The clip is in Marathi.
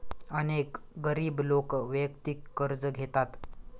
अनेक गरीब लोक वैयक्तिक कर्ज घेतात